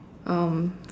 um